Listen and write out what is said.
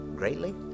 greatly